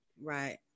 right